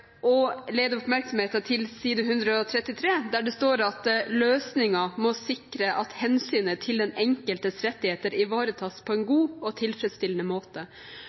og lede oppmerksomheten mot side 133, der det står: «Løsningen må sikre at hensynet til den enkeltes rettigheter ivaretas på en god og tilfredsstillende måte.